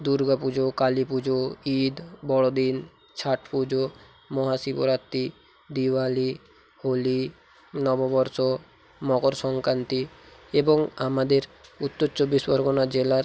দুর্গা পুজো কালী পুজো ইদ বড়দিন ছট পুজো মহা শিবরাত্রি দিওয়ালি হোলি নববর্ষ মকর সংক্রান্তি এবং আমাদের উত্তর চব্বিশ পরগনা জেলার